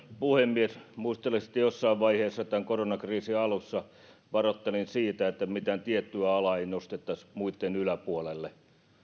puhemies muistelisin että jossain vaiheessa tämän koronakriisin alussa varoittelin siitä että mitään tiettyä alaa ei nostettaisi muitten yläpuolelle